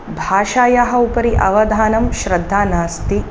भाषायाः उपरि अवधानं श्रद्धा नास्ति